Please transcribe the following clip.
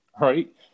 right